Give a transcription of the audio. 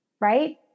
right